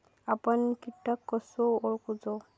आपन कीटक कसो ओळखूचो?